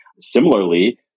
similarly